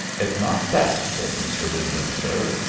it's not that, says mr. wyndham, sir.